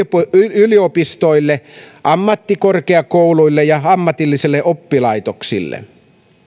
yliopistoille ammattikorkeakouluille ja ammatillisille oppilaitoksille